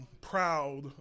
proud